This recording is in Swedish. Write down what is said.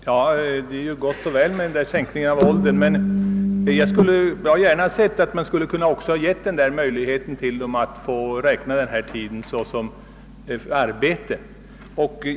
Herr talman! Det är gott och väl med denna sänkning av åldern, men jag skulle gärna ha sett att man också givit dem möjlighet att få räkna värnpliktstiden såsom arbete.